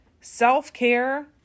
self-care